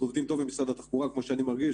עובדים טוב עם משרד התחבורה כפי שאני מרגיש,